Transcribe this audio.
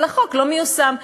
אבל החוק לא מיושם,